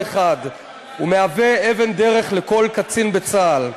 1. הוא מהווה אבן דרך לכל קצין בצה"ל.